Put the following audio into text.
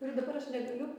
ir dabar aš negaliu